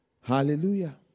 Hallelujah